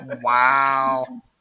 Wow